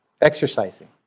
exercising